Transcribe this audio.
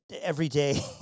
everyday